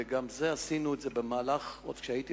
וגם את זה עשינו עוד כשהייתי